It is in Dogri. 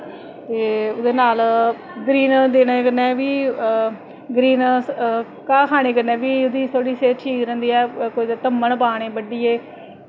ते ओह्दे नाल ग्रीन देने कन्नै बी ग्नीन घाऽ खाने कन्नै बी ओह्दी सेह्त थोह्ड़ी ठीक रैंह्दी ऐ ते कुदै ध'म्मन पाने बड्ढियै